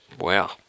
Wow